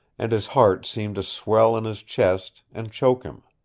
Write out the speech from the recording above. and his heart seemed to swell in his chest, and choke him.